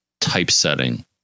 typesetting